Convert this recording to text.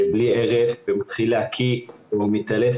השתכר ומתחיל להקיא או מתעלף,